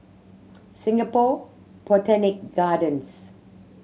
Singapore Botanic Gardens